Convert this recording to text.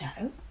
no